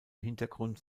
hintergrund